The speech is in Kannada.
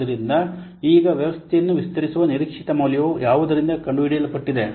ಆದ್ದರಿಂದ ಈಗ ವ್ಯವಸ್ಥೆಯನ್ನು ವಿಸ್ತರಿಸುವ ನಿರೀಕ್ಷಿತ ಮೌಲ್ಯವು ಯಾವುದರಿಂದ ಕಂಡುಹಿಡಿಯಲ್ಪಟ್ಟಿದೆ